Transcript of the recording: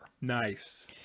Nice